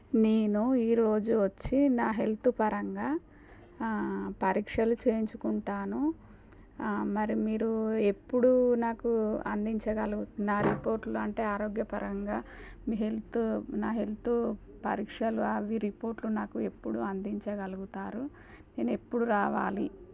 నేను ఈరోజు వచ్చి నా హెల్త్ పరంగా పరీక్షలు చేయించుకుంటాను మరి మీరు ఎప్పుడూ నాకు అందించగలుగుతున్నారు నా రిపోర్ట్లు అంటే ఆరోగ్యపరంగా మీ హెల్త్ నా హెల్త్ పరీక్షలు అవి రిపోర్ట్లు నాకు ఎప్పుడు అందించగలుగుతారు నేను ఎప్పుడు రావాలి